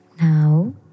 Now